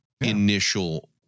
initial